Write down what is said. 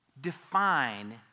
define